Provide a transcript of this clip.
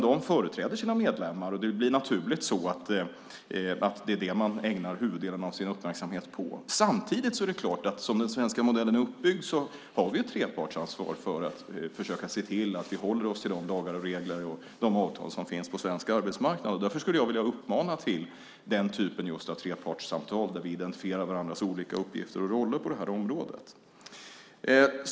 De företräder sina medlemmar, och det blir naturligt så att det är det man ägnar huvuddelen av sin uppmärksamhet åt. Som den svenska modellen är uppbyggd har vi dock trepartsansvar för att försöka se till att vi håller oss till de lagar, regler och avtal som finns på svensk arbetsmarknad. Därför skulle jag vilja uppmana till den typen av trepartssamtal, där vi identifierar varandras olika uppgifter och roller på området.